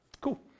Cool